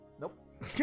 Nope